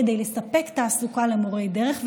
כדי לספק תעסוקה למורי דרך,